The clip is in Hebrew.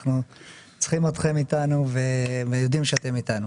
אנחנו צריכים אתכם איתנו ויודעים שאתם איתנו.